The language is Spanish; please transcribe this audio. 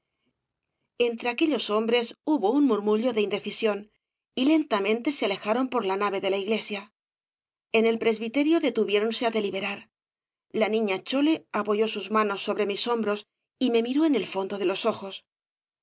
entre aquellos hombres hubo un murmullo de indecisión y lentamente se alejaron por la nave de la iglesia en el presbiterio detuviéronse á deliberar la niña chole apoyó sus manos sobre mis hombres y me miró en el fondo de los ojos